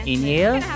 Inhale